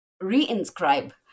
re-inscribe